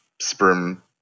sperm